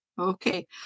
okay